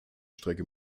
strecke